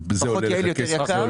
זה פחות יעיל ויותר יקר.